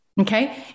Okay